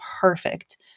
perfect